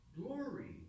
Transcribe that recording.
glory